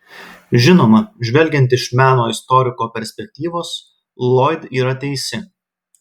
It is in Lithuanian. žinoma žvelgiant iš meno istoriko perspektyvos loyd yra teisi